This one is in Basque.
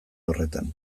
horretan